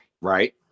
right